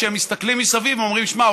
כשהם מסתכלים מסביב הם אומרים: תשמע,